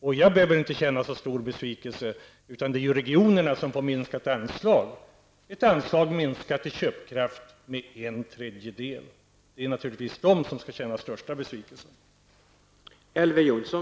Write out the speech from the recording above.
Personligen behöver jag inte känna så stor besvikelse, utan det är ju regionerna som får minskat anslag -- ett anslag som innebär att köpkraften minskar med en tredjedel. Det är naturligtvis regionerna som har anledning att känna den största besvikelsen.